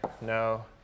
no